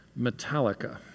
Metallica